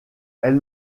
elle